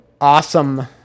awesome